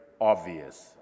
obvious